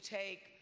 take